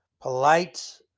polite